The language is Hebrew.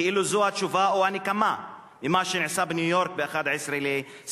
כאילו זו התשובה או הנקמה על מה שנעשה בניו-יורק ב-11 בספטמבר.